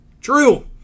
True